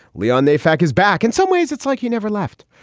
leon, they fact is back in some ways, it's like he never left.